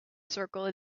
circle